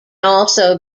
also